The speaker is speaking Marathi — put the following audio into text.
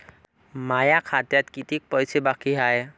माया खात्यात कितीक पैसे बाकी हाय?